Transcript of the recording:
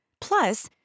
Plus